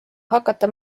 hakata